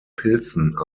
pilzen